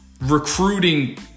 recruiting